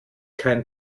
kein